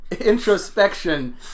introspection